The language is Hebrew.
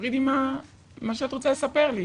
תספרי לי מה שאת רוצה לספר לי,